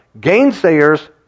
Gainsayers